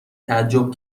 تعجب